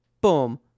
Boom